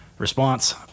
response